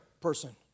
person